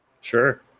Sure